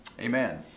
Amen